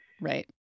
Right